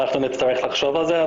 אנחנו נצטרך לחשוב על זה.